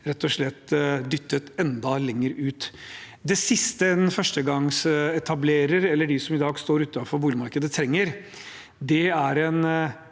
rett og slett blir dyttet enda lenger ut. Det siste en førstegangsetablerer, eller de som i dag står utenfor boligmarkedet, trenger, er en